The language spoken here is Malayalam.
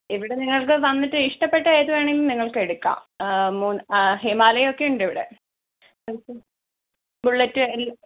ഇവിടെ നിങ്ങൾക്ക് വന്നിട്ട് ഇഷ്ടപ്പെട്ട ഏത് വേണമെങ്കിലും നിങ്ങൾക്ക് എടുക്കാം ഹിമാലയ ഒക്കെ ഉണ്ട് ഇവിടെ ബുള്ളറ്റ് എല്ലാം